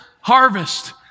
harvest